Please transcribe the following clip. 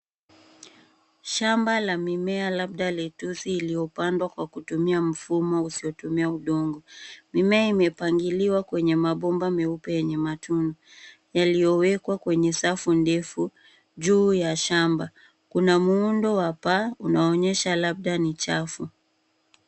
Shamba la mimea labda letusi iliyopandwa kwa kutumia mfumo usiotumia udongo. Mimea imepangiliwa kwenye mabomba meupe yenye matone yaliyowekwa kwenye safu ndefu juu ya shamba. Kuna muundo wa paa unaoonyesha labda ni chafu.